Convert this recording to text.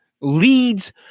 leads